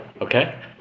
okay